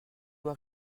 vous